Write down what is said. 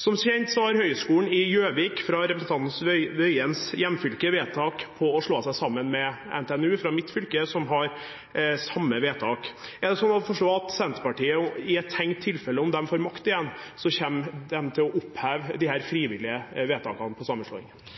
Som kjent har Høgskolen i Gjøvik, i representanten Tingelstad Wøiens hjemfylke, vedtak på å slå seg sammen med NTNU fra mitt fylke, som har samme vedtak. Er det sånn å forstå at Senterpartiet i et tenkt tilfelle, om de får makt igjen, kommer til å oppheve de frivillige vedtakene